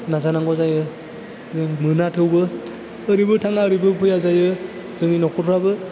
नाजानांगौ जायो जों मोना थेवबो ओरैबो थाङा ओरैबो फैया जायो जोंनि नखरफ्राबो